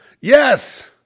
yes